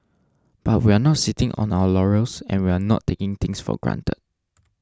but we're not sitting on our laurels and we're not taking things for granted